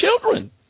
children